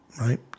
right